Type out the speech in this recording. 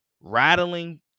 Rattling